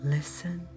Listen